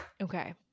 Okay